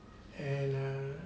and uh